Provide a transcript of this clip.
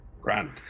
Grant